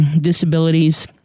disabilities